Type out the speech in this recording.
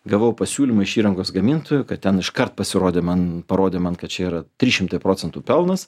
gavau pasiūlymą iš įrangos gamintojų kad ten iškart pasirodė man parodė man kad čia yra trys šimtai procentų pelnas